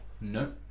No